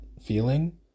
feeling